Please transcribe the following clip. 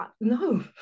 no